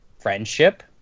friendship